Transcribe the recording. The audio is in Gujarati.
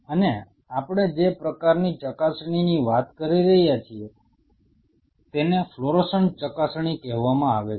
અને આપણે જે પ્રકારની ચકાસણીની વાત કરી રહ્યા છીએ તેને ફ્લોરોસન્ટ ચકાસણી કહેવામાં આવે છે